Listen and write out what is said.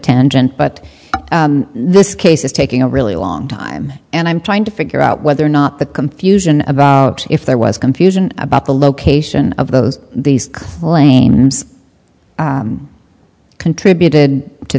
n but this case is taking a really long time and i'm trying to figure out whether or not the confusion about if there was confusion about the location of those these claims contributed to